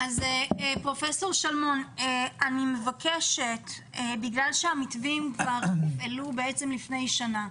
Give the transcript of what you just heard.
פרופ' שלמון, בגלל שהמתווים הופעלו כבר לפני שנה,